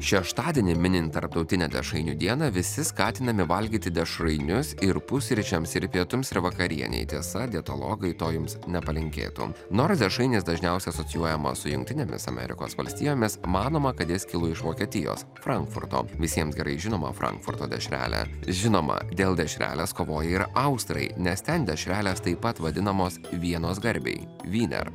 šeštadienį minint tarptautinę dešrainių dieną visi skatinami valgyti dešrainius ir pusryčiams ir pietums ir vakarienei tiesa dietologai to jums nepalinkėtų nors dešrainis dažniausiai asocijuojamas su jungtinėmis amerikos valstijomis manoma kad jis kilo iš vokietijos frankfurto visiems gerai žinoma frankfurto dešrelė žinoma dėl dešrelės kovoja ir austrai nes ten dešrelės taip pat vadinamos vienos garbei vyner